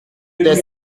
était